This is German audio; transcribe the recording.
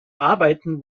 arbeiten